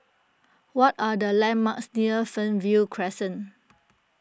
what are the landmarks near Fernvale Crescent